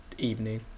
evening